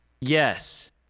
Yes